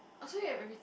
oh so you have every